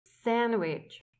Sandwich